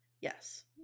Yes